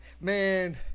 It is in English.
Man